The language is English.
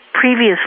previously